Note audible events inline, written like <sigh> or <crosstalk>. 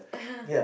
<laughs>